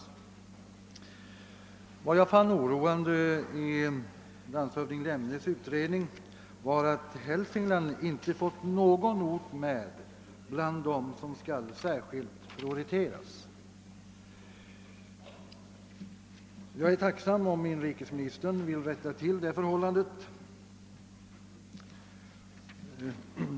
En sak som jag fann oroande i landshövding Lemnes utredning var att Hälsingland inte fått någon ort bland dem som skall prioriteras. Jag är tacksam om inrikesministern vill rätta till det förhållandet.